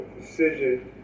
decision